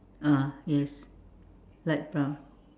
ah yes light brown